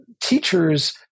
teachers